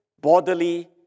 bodily